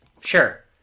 Sure